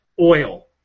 oil